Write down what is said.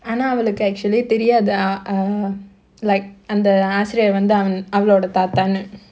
ஆனா அவளுக்கு:aanaa avalukku actually தெரியாது:theriyathu err like அந்த ஆசிரியர் வந்து அவளோட தாத்தானு:andha aasiriyar vandhu avaloda thaathaanu